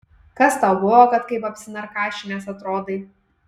kas tau buvo kad kaip apsinarkašinęs atrodai